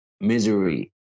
misery